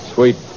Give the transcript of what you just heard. Sweet